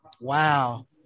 Wow